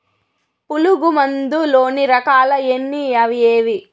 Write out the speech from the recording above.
పులుగు మందు లోని రకాల ఎన్ని అవి ఏవి?